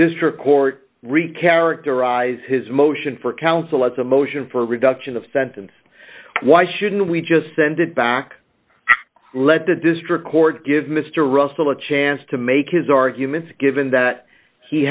district court re characterize his motion for counsel as a motion for reduction of sentence why shouldn't we just send it back let the district court give mr russell a chance to make his arguments given that he